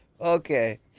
Okay